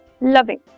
loving